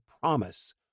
promise